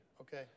Okay